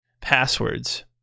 passwords